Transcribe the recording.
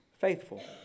faithful